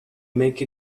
make